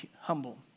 humble